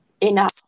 enough